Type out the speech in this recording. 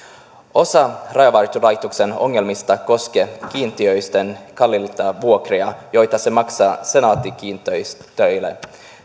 osa rajavartiolaitoksen ongelmista koskee kiinteistöjen kalliita vuokria joita se maksaa senaatti kiinteistöille